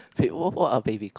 wha~ what for are baby called